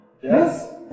Yes